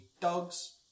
dogs